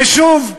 ושוב,